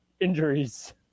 injuries